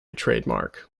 trademark